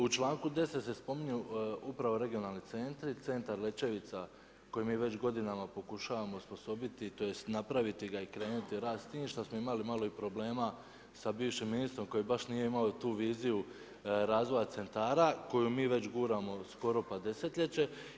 U članku 10. se spominju upravo regionalni centri, centar Lećevica koji mi već godinama pokušavamo osposobiti tj. napraviti ga i krenuti u rad s time, što smo imali malo i problema sa bivšim ministrom koji baš nije imao tu viziju razvoja centara koju mi već guramo skoro pa desetljeće.